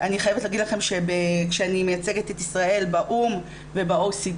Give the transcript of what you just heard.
אני חייבת להגיד לכם שכשאני מייצגת את ישראל באו"ם וב-OECD,